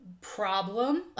problem